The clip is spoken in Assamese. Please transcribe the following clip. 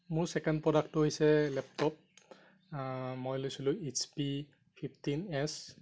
মোৰ ছেকেণ্ড প্ৰডাক্টটো হৈছে লেপটপ মই লৈছিলোঁ এইচ পি ফিফটিন এছ